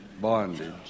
bondage